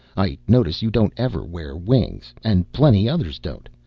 i notice you don't ever wear wings and plenty others don't.